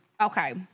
Okay